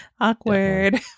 Awkward